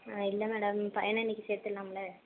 ஆ இல்லை மேடம் பையனை இன்னைக்கு சேர்த்துடலாமுல்ல